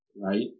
right